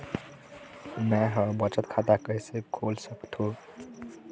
मै ह बचत खाता कइसे खोल सकथों?